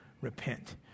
repent